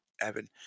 Evan